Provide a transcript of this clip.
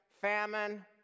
famine